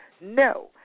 No